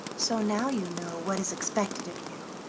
so now you know what is expected of you,